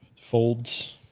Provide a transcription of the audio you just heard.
folds